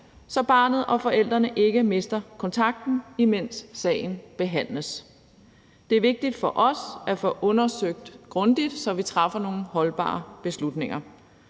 så barnet og forældrene ikke mister kontakten, imens sagen behandles. Det er vigtigt for os at få undersøgt det grundigt, så vi træffer nogle holdbare beslutninger.